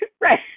right